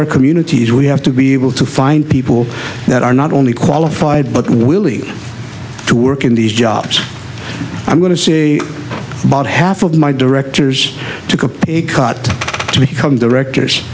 our communities we have to be able to find people that are not only qualified but willing to work in these jobs i'm going to say about half of my directors took a pay cut to become directors